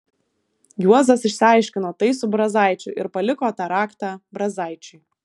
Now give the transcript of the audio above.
juozas išsiaiškino tai su brazaičiu ir paliko tą raktą brazaičiui